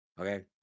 okay